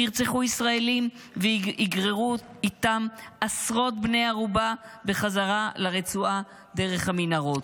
ירצחו ישראלים ויגררו איתם עשרות בני ערובה בחזרה לרצועה דרך המנהרות.